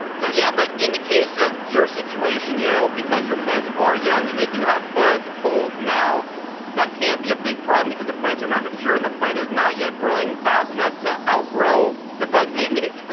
so yeah, but in the case of your situation you know because your plants are young and they do have bug holes now that can be a big problem because the plants are not mature and the plant is not yet growing fast enough to outgrow the bugs eating it.